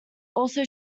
also